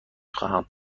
خواهم